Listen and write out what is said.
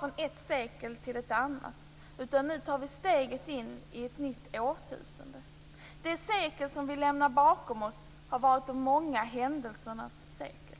från ett sekel till ett annat. Nu tar vi steget in i ett nytt årtusende. Det sekel som vi lämnar bakom oss har varit de många händelsernas sekel.